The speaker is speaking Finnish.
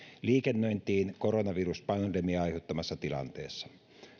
liikennöintiin koronaviruspandemian aiheuttamassa tilanteessa